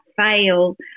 fail